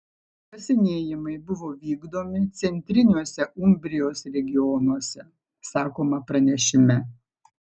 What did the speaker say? kasinėjimai buvo vykdomi centriniuose umbrijos regionuose sakoma pranešime